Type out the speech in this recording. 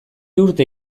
urte